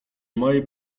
mojej